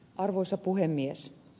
arvoisa puhemies